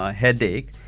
headache